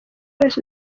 wese